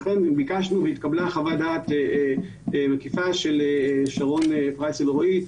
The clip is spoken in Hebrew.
לכן ביקשנו והתקבלה חוות דעת מקיפה של שרון פרייס אלרעי,